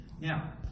Now